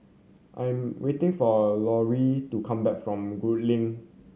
I am waiting for Lori to come back from Gul Link